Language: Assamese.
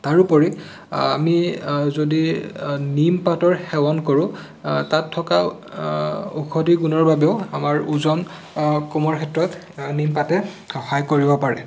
তাৰোপৰি আমি যদি নিমপাতৰ সেৱন কৰোঁ তাত থকা ঔষধি গুণৰ বাবেও আমাৰ ওজন কমোৱাৰ ক্ষেত্ৰত নিমপাতে সহায় কৰিব পাৰে